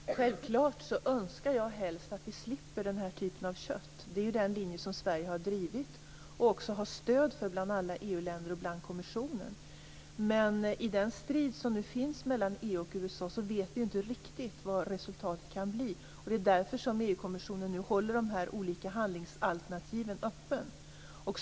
Fru talman! Självklart önskar jag helst att vi slipper den här typen av kött. Det är ju den linje som Sverige har drivit och också har stöd för bland alla EU-länder och i kommissionen. Men i den strid som nu finns mellan EU och USA vet vi ju inte riktigt vad resultatet kan bli, och det är därför som EU kommissionen nu håller de här olika handlingsalternativen öppna.